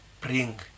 bring